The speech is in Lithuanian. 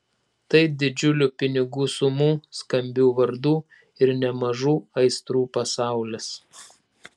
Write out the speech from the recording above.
tai didžiulių pinigų sumų skambių vardų ir nemažų aistrų pasaulis